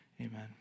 Amen